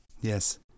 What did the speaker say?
Yes